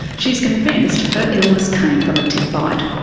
she is convinced her illness came from a tick bite.